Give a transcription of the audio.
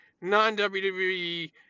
non-WWE